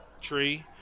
Tree